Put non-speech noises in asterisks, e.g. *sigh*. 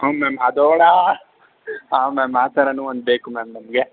ಹ್ಞೂ ಮ್ಯಾಮ್ *unintelligible* ಹಾಂ ಮ್ಯಾಮ್ ಆ ಥರನೂ ಒಂದು ಬೇಕು ಮ್ಯಾಮ್ ನಮಗೆ